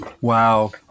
Wow